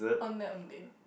ondeh-ondeh